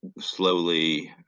slowly